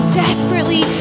desperately